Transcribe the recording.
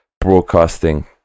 broadcasting